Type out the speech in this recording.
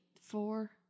four